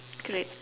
create